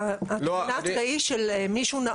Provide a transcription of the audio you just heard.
לאחר זמן אתה